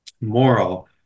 moral